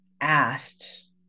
asked